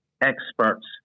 experts